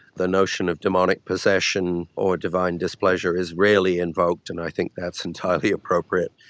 the notion of daemonic possession or divine displeasure is rarely invoked, and i think that's entirely appropriate.